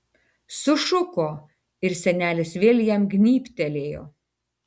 sušuko ir senelis vėl jam gnybtelėjo